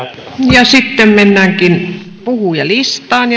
ja sitten mennäänkin puhujalistaan